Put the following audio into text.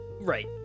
right